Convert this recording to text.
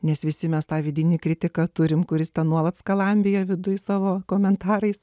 nes visi mes tą vidinį kritiką turime kuris nuolat skalambija vidujai savo komentarais